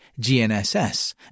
GNSS